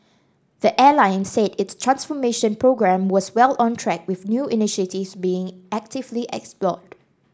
the airline said its transformation programme was well on track with new initiatives being actively explored